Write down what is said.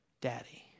daddy